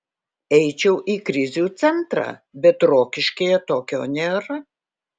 eičiau į krizių centrą bet rokiškyje tokio nėra